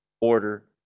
order